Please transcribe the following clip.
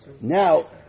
Now